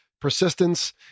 persistence